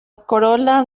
corola